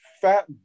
fat